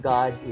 God